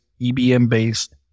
EBM-based